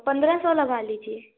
पन्दरह सौ लगा लीजिए